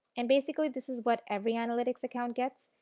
and basically this is what every analytics account gets,